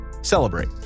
celebrate